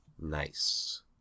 Nice